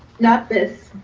not this,